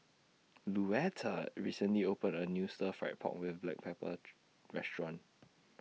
Luetta recently opened A New Stir Fried Pork with Black Pepper Restaurant